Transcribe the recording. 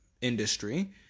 industry